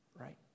right